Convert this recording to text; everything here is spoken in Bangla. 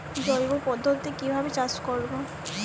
জৈব পদ্ধতিতে কিভাবে চাষ করব?